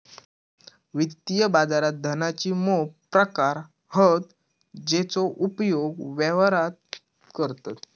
वित्तीय बाजारात धनाचे मोप प्रकार हत जेचो उपयोग व्यवहारात करतत